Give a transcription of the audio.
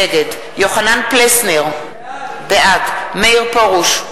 נגד יוחנן פלסנר, בעד מאיר פרוש,